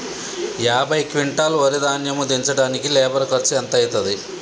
యాభై క్వింటాల్ వరి ధాన్యము దించడానికి లేబర్ ఖర్చు ఎంత అయితది?